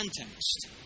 context